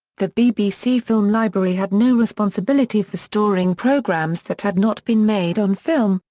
the bbc film library had no responsibility for storing programmes that had not been made on film,